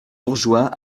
bourgeois